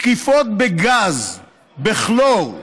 תקיפות בגז, בכלור.